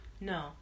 No